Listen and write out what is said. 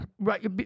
Right